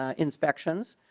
ah inspections.